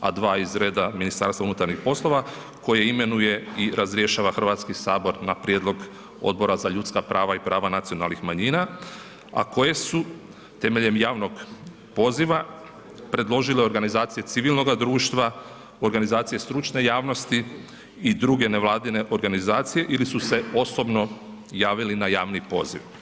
a 2 iz reda MUP-a koje imenuje i razrješava Hrvatski sabor na prijedlog Odbora za ljudska prava i prava nacionalnih manjina, a koje su temeljem javnog poziva predložile organizacije civilnoga društava, organizacije stručne javnosti i druge nevladine organizacije ili su se osobno javili na javni poziv.